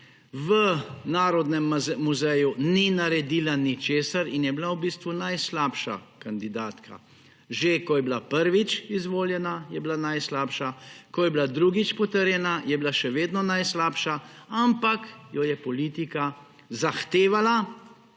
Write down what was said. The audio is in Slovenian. v Narodnem muzeju ni naredila ničesar in je bila v bistvu najslabša kandidatka. Že ko je bila prvič izvoljena, je bila najslabša, ko je bila drugič potrjena, je še vedno bila najslabša, ampak jo je politika zahtevala